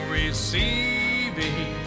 receiving